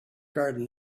garden